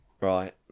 Right